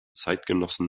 zeitgenossen